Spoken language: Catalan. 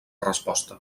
resposta